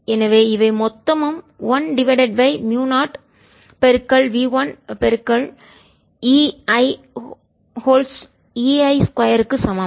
எனவே இவை மொத்தமும் 1 டிவைடட் பை முயு 0v1 EI 2 க்கு சமம்